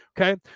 Okay